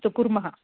श्वः कुर्मः